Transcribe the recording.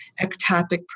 ectopic